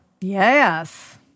Yes